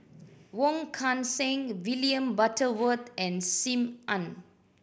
Wong Kan Seng William Butterworth and Sim Ann